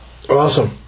Awesome